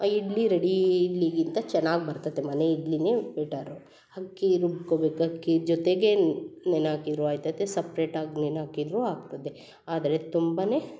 idli ready ಇಡ್ಲಿಗಿಂತ ಚೆನ್ನಾಗಿ ಬರ್ತತೆ ಮನೆ ಇಡ್ಲಿಯೇ ಬೆಟರು ಅಕ್ಕಿ ರುಬ್ಕೊಬೇಕು ಅಕ್ಕಿ ಜೊತೆಗೆ ನೆನೆ ಹಾಕಿದ್ರೂ ಆಯ್ತೈತೆ ಸಪ್ರೇಟಾಗಿ ನೆನೆ ಹಾಕಿದ್ರೂ ಆಗ್ತದೆ ಆದರೆ ತುಂಬ